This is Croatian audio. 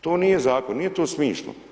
To nije zakon, nije to smišno.